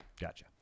Gotcha